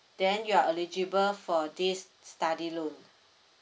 then you are eligible for this study loan